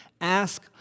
Ask